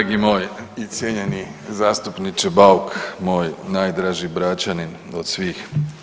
Dragi moj i cijenjeni zastupniče Bauk, moj najdraži Bračanin od svih.